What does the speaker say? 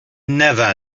never